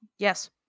Yes